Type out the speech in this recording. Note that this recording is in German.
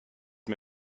mir